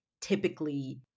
typically